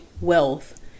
wealth